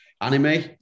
Anime